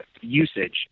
usage